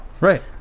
Right